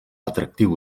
atractiu